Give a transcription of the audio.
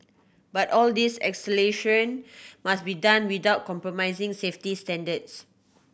but all this acceleration must be done without compromising safety standards